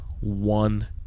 one